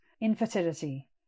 infertility